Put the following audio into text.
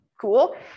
Cool